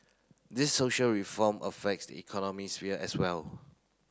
these social reform affects the economy sphere as well